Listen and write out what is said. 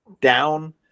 down